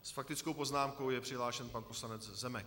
S faktickou poznámkou je přihlášen pan poslanec Zemek.